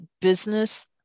business